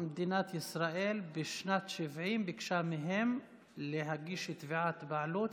מדינת ישראל בשנת 1970 ביקשה מהם להגיש תביעת בעלות,